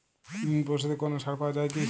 ঋণ পরিশধে কোনো ছাড় পাওয়া যায় কি?